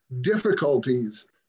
difficulties